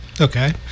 okay